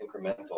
incremental